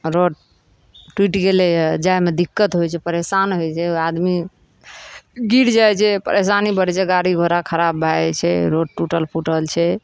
road टुटि गेलैए जाए मे दिक्कत होइ छै परेशान होइ छै आदमी गिर जाइ छै परेशानी बढ़ै छै गाड़ी घोड़ा खराब भए जाइ छै रोड टूटल फूटल छै